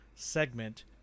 Segment